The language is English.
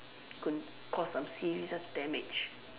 could cause some serious damage